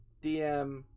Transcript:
dm